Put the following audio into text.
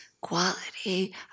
quality